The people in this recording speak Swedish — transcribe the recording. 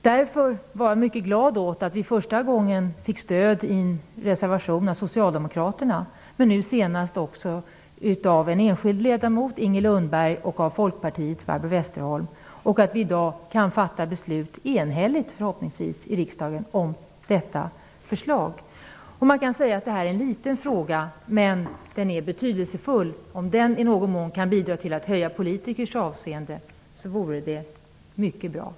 Därför blev jag mycket glad när vi första gången fick stöd för vår reservation av socialdemokraterna men nu senast också av enskilda ledamöter -- Inger Westerholm från Folkpartiet. Jag hoppas att riksdagen i dag kan fatta ett enhälligt beslut om detta förslag. Man kan säga att detta är en liten fråga, men den är betydelsefull. Om den i någon mån kunde bidra till att höja politikers anseende, vore det mycket bra.